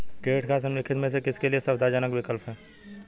Credit cards निम्नलिखित में से किसके लिए सुविधाजनक विकल्प हैं?